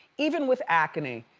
even with acne,